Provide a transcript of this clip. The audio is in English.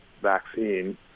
vaccine